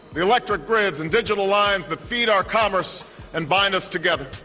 the electric grids and digital lines that feed our commerce and bind us together.